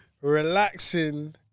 relaxing